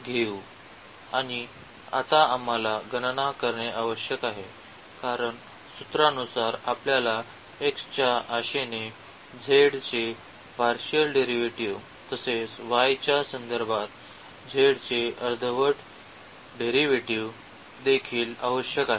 आणि आता आम्हाला गणना करणे आवश्यक आहे कारण सूत्रानुसार आपल्याला x च्या आशेने z चे पार्शिअल डेरिव्हेटिव्ह तसेच y च्या संदर्भात z चे अर्धवट डेरिव्हेटिव्ह देखील आवश्यक आहे